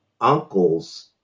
uncles